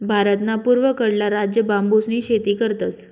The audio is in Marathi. भारतना पूर्वकडला राज्य बांबूसनी शेती करतस